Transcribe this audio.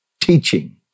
teaching